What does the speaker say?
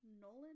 Nolan